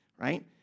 right